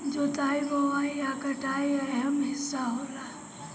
जोताई बोआई आ कटाई अहम् हिस्सा होला